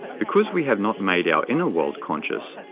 because we have not made our inner world conscious,